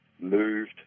moved